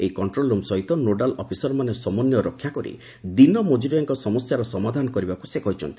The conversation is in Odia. ଏହି କଣ୍ଟ୍ରୋଲ୍ ରୁମ୍ ସହିତ ନୋଡାଲ୍ ଅଫିସରମାନେ ସମନ୍ୱୟ ରକ୍ଷା କରି ଦିନମଜୁରିଆଙ୍କ ସମସ୍ୟାର ସମାଧାନ କରିବାକୁ ସେ କହିଛନ୍ତି